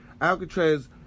Alcatraz